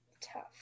tough